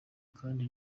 kandi